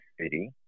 city